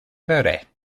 verde